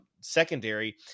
secondary